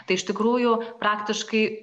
tai iš tikrųjų praktiškai